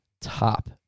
top